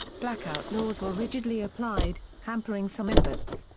blackout laws were rigidly applied, hampering some efforts.